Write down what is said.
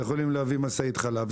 ויכולים להביא משאית חלב.